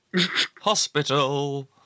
Hospital